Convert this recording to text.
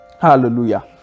hallelujah